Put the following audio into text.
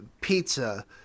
pizza